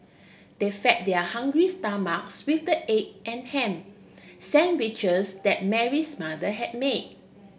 they fed their hungry stomachs with the egg and ham sandwiches that Mary's mother had made